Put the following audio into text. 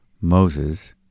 Moses